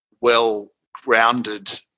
well-grounded